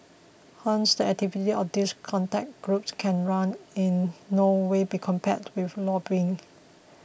hence the activities of these contact groups can in no way be compared with lobbying